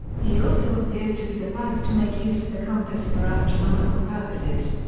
he also appears to be the first to make use of the compass for astronomical purposes.